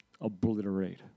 obliterate